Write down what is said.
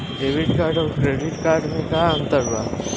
Debit card आउर credit card मे का अंतर बा?